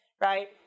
right